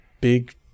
big